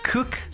Cook